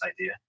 idea